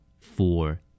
Four